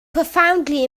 profoundly